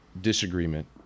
disagreement